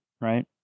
Right